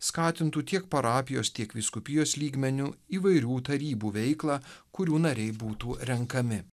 skatintų tiek parapijos tiek vyskupijos lygmeniu įvairių tarybų veiklą kurių nariai būtų renkami